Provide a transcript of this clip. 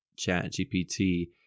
ChatGPT